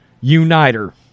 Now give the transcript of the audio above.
Uniter